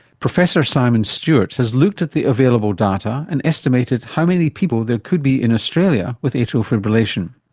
professor simon stewart has looked at the available data and estimated how many people there could be in australia with atrial fibrillation.